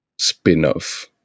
spin-off